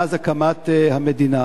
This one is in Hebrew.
מאז הקמת המדינה.